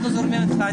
אנחנו זורמים אתך.